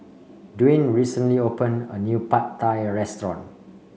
Dwaine recently open a new Pad Thai restaurant